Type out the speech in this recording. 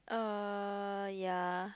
uh yeah